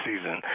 season